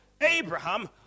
Abraham